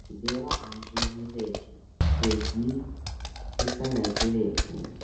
dievą amžiną mylėkime širdyj visame turėkime